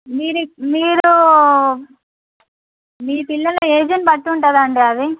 మీరిప్పు మీరు మీ పిల్లల ఏజ్ని బట్టి ఉంటుంది అండి అది